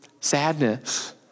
sadness